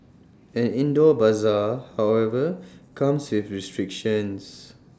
an indoor Bazaar however comes with restrictions